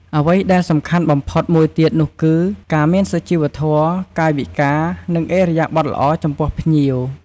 អ្វីដែលសំខាន់បំផុតមួយទៀតនោះគឺ ការមានសុជីវធម៌ កាយវិការ និងឥរិយាបថល្អចំពោះភ្ញៀវ។